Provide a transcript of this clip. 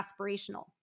aspirational